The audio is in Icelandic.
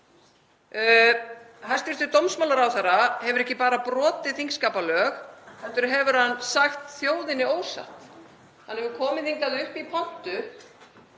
Hæstv. dómsmálaráðherra hefur ekki bara brotið þingskapalög heldur hefur hann sagt þjóðinni ósatt. Hann hefur komið hingað upp í pontu